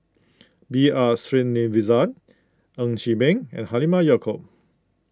B R Sreenivasan Ng Chee Meng and Halimah Yacob